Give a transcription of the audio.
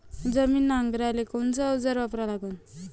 जमीन नांगराले कोनचं अवजार वापरा लागन?